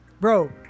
bro